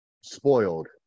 spoiled